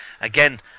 again